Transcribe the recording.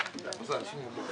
בעודפים, חלק מזה.